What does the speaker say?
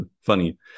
funny